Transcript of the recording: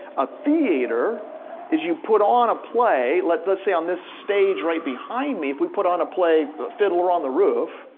a theater is you put on a play, let's let's say on this stage right behind me, if we put on a play, fiddler on the roof,